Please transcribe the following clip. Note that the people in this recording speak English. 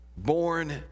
born